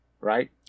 right